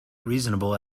reasonable